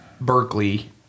Berkeley